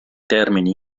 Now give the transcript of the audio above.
termini